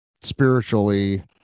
spiritually